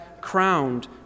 crowned